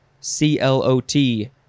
C-L-O-T